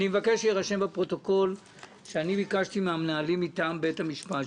אני מבקש שיירשם בפרוטוקול שאני ביקשתי מהמנהלים מטעם בית המשפט,